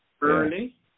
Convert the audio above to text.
Early